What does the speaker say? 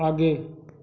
आगे